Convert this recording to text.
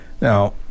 Now